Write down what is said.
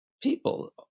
people